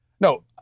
no